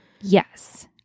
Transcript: Yes